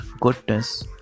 goodness